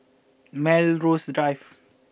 Melrose Drive